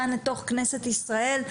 כאן לתוך כנסת ישראל,